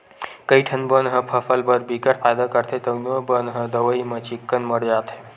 कइठन बन ह फसल बर बिकट फायदा करथे तउनो बन ह दवई म चिक्कन मर जाथे